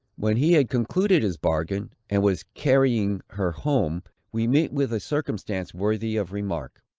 when he had concluded his bargain, and was carrying her home, we meet with a circumstance worthy of remark.